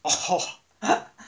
orh